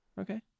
Okay